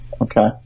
Okay